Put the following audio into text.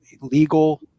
legal